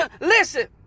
Listen